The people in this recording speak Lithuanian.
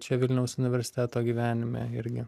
čia vilniaus universiteto gyvenime irgi